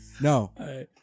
No